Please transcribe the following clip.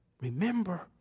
Remember